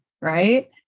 Right